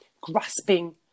grasping